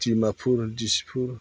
Dimapur Dispur